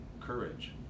courage